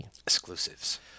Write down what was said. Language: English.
exclusives